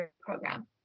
program